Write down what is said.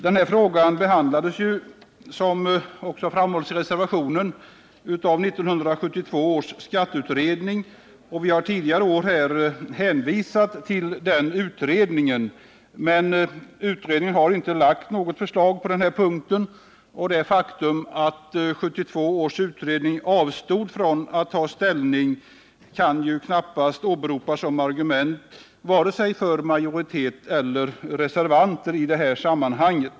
Den här frågan behandlades, som också framhålls i reservationen, av 1972 års skatteutredning. Vi har tidigare år hänvisat till den utredningen. Men utredningen har inte lagt fram något förslag på den här punkten. Det faktum att 1972 års utredning avstod från att ta ställning kan ju knappast åberopas som argument för vare sig majoritet eller reservanter i detta sammanhang.